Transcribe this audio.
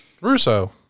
Russo